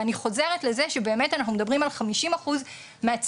ואני חוזרת לזה שבאמת אנחנו מדברים על חמישים אחוז מהצעירים,